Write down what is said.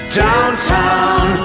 downtown